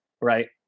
right